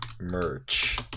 merch